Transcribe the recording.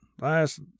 last